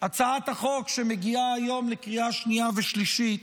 הצעת החוק שמגיעה היום לקריאה שנייה ושלישית,